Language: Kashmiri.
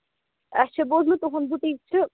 اَسہِ چھُ بوٗزمُت تُہُنٛد بُٹیٖک چھُ